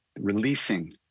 Releasing